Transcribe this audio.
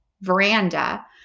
veranda